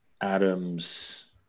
Adams